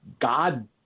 God